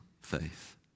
faith